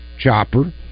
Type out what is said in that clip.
Chopper